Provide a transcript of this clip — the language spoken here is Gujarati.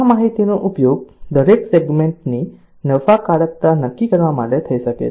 આ માહિતીનો ઉપયોગ દરેક સેગમેન્ટની નફાકારકતા નક્કી કરવા માટે થઈ શકે છે